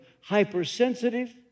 hypersensitive